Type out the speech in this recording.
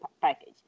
package